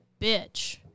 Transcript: bitch